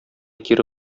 кире